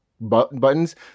buttons